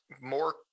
more